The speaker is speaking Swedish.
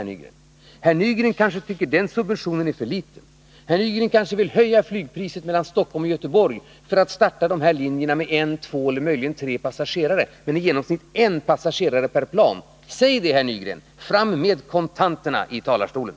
Herr Nygren kanske tycker att den subventionen är för liten. Herr Nygren kanske vill höja priset på flyget mellan Stockholm och Göteborg för att starta de här linjerna med en, två eller möjligen tre passagerare — i genomsnitt en passagerare per plan. Säg då det, herr Nygren! Fram med kontanterna i talarstolen!